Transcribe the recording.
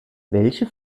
welche